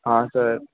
हां सर